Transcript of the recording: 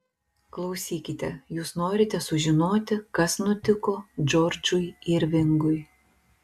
klausykite jūs norite sužinoti kas nutiko džordžui irvingui